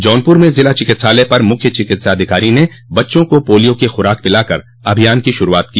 जौनपुर में जिला चिकित्सालय पर मुख्य चिकित्साधिकारी ने बच्चों को पोलियो की खुराक पिलाकर अभियान की शुरूआत की